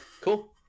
Cool